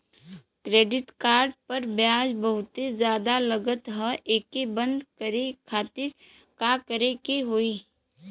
Credit card पर ब्याज बहुते ज्यादा लगत ह एके बंद करे खातिर का करे के होई?